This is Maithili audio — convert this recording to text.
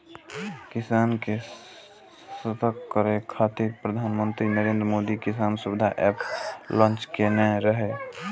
किसान के सशक्त करै खातिर प्रधानमंत्री नरेंद्र मोदी किसान सुविधा एप लॉन्च केने रहै